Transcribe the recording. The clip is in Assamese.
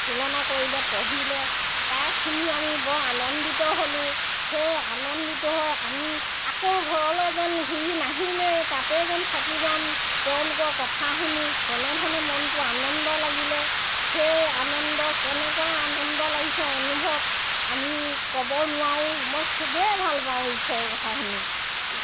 তুলনা কৰিলে পঢ়িলে তাক শুনি আমি বৰ আনন্দিত হ'লোঁ সেয়ে আনন্দিত হৈ আমি আকৌ ঘৰলৈ যেন ঘূৰি নাহিমেই তাতে যেন থাকি যাম তেওঁলোকৰ কথা শুনি তেনেধৰণে মনটো আনন্দ লাগিলে সেই আনন্দ কেনেকুৱা আনন্দ লাগিছে অনুভৱ আমি ক'ব নোৱাৰো মই খুবেই ভাল পাওঁ ঈশ্বৰৰ কথা শুনি